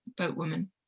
boatwoman